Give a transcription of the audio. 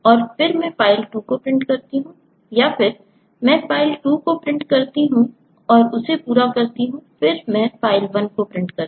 फिर मैं file 2 print करता हूं या फिर मैं फाइल 2 प्रिंट करता हूं इसे पूरा करता हूं फिर मैं फाइल 1 प्रिंट करता हूं